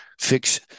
fix